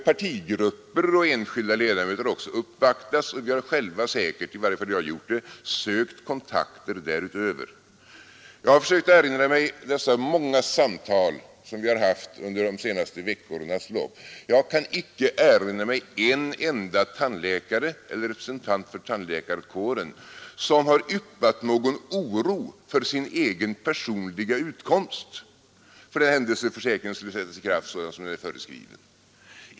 Partigrupper och enskilda ledamöter har också uppvaktats, och vi har själva — i varje fall har jag gjort det — sökt kontakter därutöver. Jag har försökt erinra mig de många samtal som vi haft under de senaste veckornas lopp. Jag kan icke erinra mig en enda tandläkare eller representant för tandläkarkåren som har yppat någon oro för sin egen personliga utkomst för den händelse försäkringen skulle sättas i kraft sådan den är föreslagen.